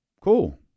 Cool